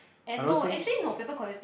I not think